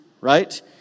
right